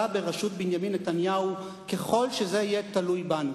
בראשות בנימין נתניהו ככל שזה יהיה תלוי בנו.